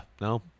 no